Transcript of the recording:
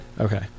Okay